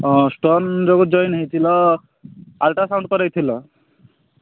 ହଁ ଷ୍ଟୋନ୍ ଯୋଗୁଁ ଜଏନ୍ ହୋଇଥିଲ ଅଲଟ୍ରାସାଉଣ୍ଡ୍ କରାଇଥିଲ